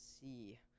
see